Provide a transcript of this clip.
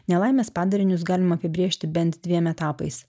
nelaimės padarinius galime apibrėžti bent dviem etapais